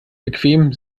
bequem